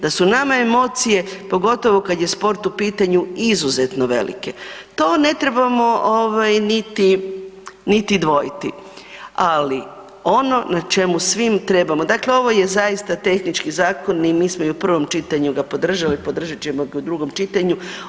Da su nama emocije pogotovo kad je sport u pitanju izuzetno velike to ne trebamo ovaj niti dvojiti, ali ono na čemu svi trebamo, dakle ovo je zaista tehnički zakon i mi smo i u prvom čitanju podržali, podržat ćemo ga i u drugom čitanju.